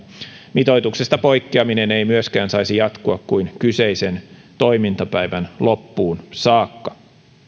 mitoituksesta poikkeaminen ei myöskään saisi jatkua kuin kyseisen toimintapäivän loppuun saakka